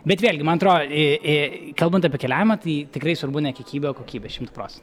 bet vėlgi man atrodo į į kalbant apie keliavimą tai tikrai svarbu ne kiekybė o kokybė šimtu procentų